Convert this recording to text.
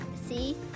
see